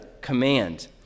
command